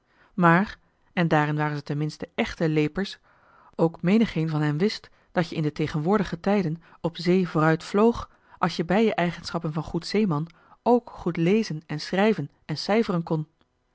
maar en daarin waren ze ten minste echte leepers ook menigeen van hen wist dat je in de tegenwoordige tijden op zee vooruit vlg als je bij je eigenschappen van goed zeeman ook goed lezen en schrijven en cijferen kon